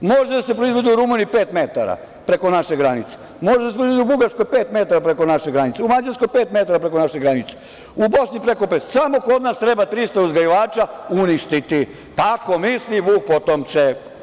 Može da se proizvodi u Rumuniji pet metara preko naše granice, može da se proizvodi i u Bugarskoj pet metara, preko našeg granice, u Mađarskoj pet metara preko naše granice, u Bosni preko pet, samo kod nas treba 300 uzgajivača uništiti, tako misli Vuk potomče.